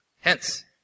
Hence